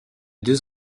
deux